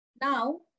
Now